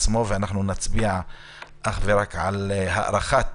נצביע אך ורק על הארכת